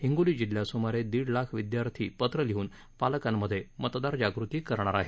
हिंगोली जिल्ह्यात सुमारे दीड लाख विद्यार्थी पत्र लिहून पालकांमधे मतदार जागृती करणार आहेत